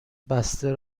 بسته